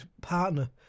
partner